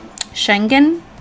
Schengen